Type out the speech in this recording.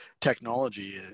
technology